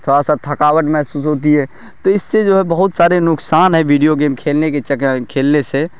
تھوڑا سا تھکاوٹ محسوس ہوتی ہے تو اس سے جو ہے بہت سارے نقصان ہیں ویڈیو گیمس کھیلنے کے کھیلنے سے